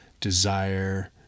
desire